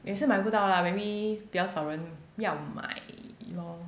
也是买不到 lah maybe 比较少人要买啦